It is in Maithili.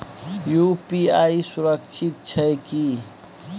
यु.पी.आई सुरक्षित छै की?